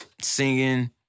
singing